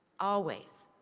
always,